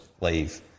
leave